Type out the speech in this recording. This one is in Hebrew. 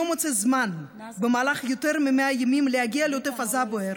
מוצא זמן במהלך יותר מ-100 ימים להגיע לעוטף עזה הבוער,